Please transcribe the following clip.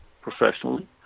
professionally